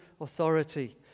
authority